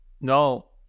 No